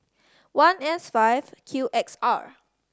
one S five Q X R